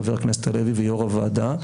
חבר הכנסת הלוי ויושב-ראש הוועדה,